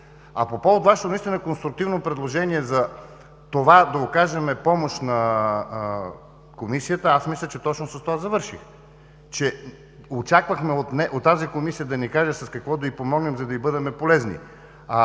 По повод на Вашето конструктивно предложение – да окажем помощ на Комисията, мисля, че точно с това завърших. Очаквахме от тази Комисия да ни каже с какво да й помогнем, за да й бъдем полезни.